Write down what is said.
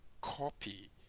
copy